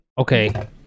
okay